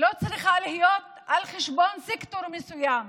לא צריכה להיות על חשבון סקטור מסוים